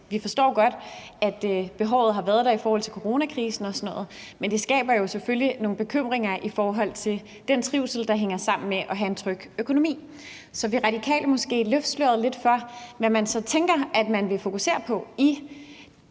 vi forstår godt, at behovet har været der i forhold til coronakrisen og sådan noget, men det skaber jo selvfølgelig nogle bekymringer i forhold til den trivsel, der hænger sammen med at have en tryg økonomi. Så vil Radikale måske løfte sløret lidt for, hvad man så tænker man vil fokusere på i